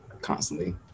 constantly